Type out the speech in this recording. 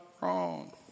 wrong